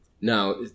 Now